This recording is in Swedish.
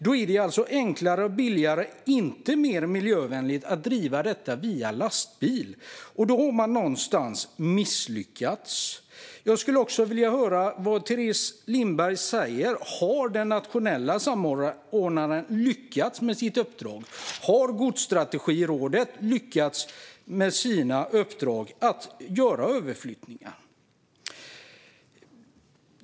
Det är enklare och billigare, men inte mer miljövänligt, att driva detta via lastbil. Då har man misslyckats. Jag skulle vilja höra vad Teres Lindberg säger: Har den nationella samordnaren lyckats med sitt uppdrag? Har godsstrategirådet lyckats med sina uppdrag när det gäller att göra överflyttningar?